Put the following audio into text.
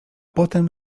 potem